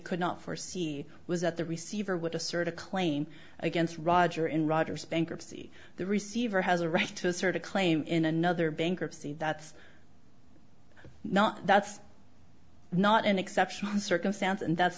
could not foresee was that the receiver would assert a claim against roger in roger's bankruptcy the receiver has a right to assert a claim in another bankruptcy that's not that's not an exceptional circumstance and that's